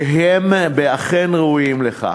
כי הם אכן ראויים לכך.